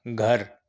گھر